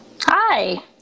hi